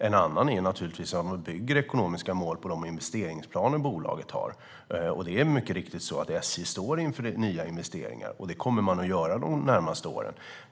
En annan del är att man bygger ekonomiska mål på de investeringsplaner som bolaget har. Det är mycket riktigt att SJ står inför nya investeringar, och det kommer de att göra de närmaste åren.